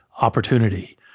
opportunity